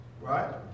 Right